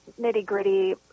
nitty-gritty